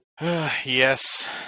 Yes